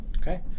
Okay